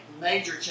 major